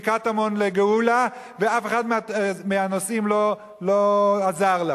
ואף אחד מהנוסעים לא עזר לה,